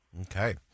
Okay